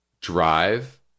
drive